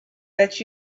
that